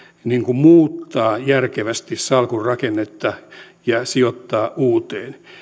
muuttaa järkevästi salkun rakennetta ja sijoittaa uuteen